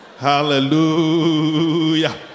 Hallelujah